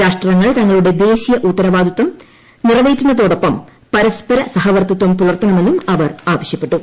രാഷ്ട്രങ്ങൾ തങ്ങളുടെ ദേശീയ ഉത്തരവാദിത്വം നിറവേറ്റുന്നതോടൊപ്പം പരസ്പര സ്ഹവർത്തിത്തം പുലർത്തണമെന്നും അവർ ആവശ്യപ്പെട്ടു